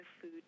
food